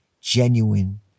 genuine